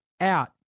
out